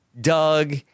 doug